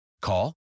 Call